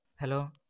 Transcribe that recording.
Hello